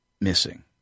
Missing